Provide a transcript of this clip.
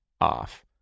off